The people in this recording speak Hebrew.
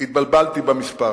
והתבלבלתי במספר.